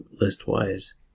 list-wise